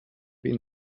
been